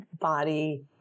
body